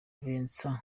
vincent